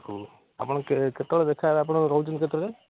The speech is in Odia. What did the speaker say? ହେଉ ଆପଣ କେତେବଳେ ଦେଖାହେବେ ଆପଣ ରହୁଛନ୍ତି କେତେବେଳେ